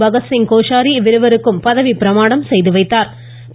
பகத்சிங் கோஷாரி இவ்விருவருக்கும் பதவிப்பிரமாணம் செய்து வைத்தாா்